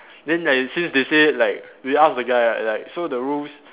then like since they say like we ask the guy ah like so the rules